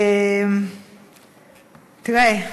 תראה,